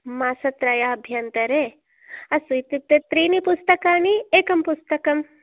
मासत्रयाभ्यन्तरे अस्तु इत्युक्ते त्रीणि पुस्तकानि एकं पुस्तकम्